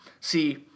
See